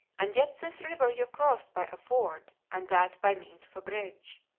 and yet this river you crossed by a ford and that by means of a bridge.